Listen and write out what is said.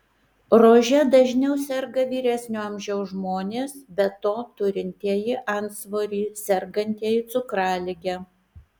rože dažniau serga vyresnio amžiaus žmonės be to turintieji antsvorį sergantieji cukralige